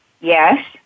Yes